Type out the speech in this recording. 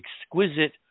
exquisite